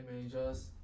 managers